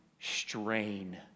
strain